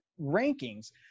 rankings